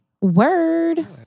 Word